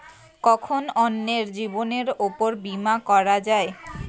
কখন অন্যের জীবনের উপর বীমা করা যায়?